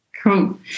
Cool